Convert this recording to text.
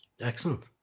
Excellent